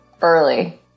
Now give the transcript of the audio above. early